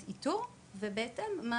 איתור ומעבירה את הנתונים הנחוצים בהתאם.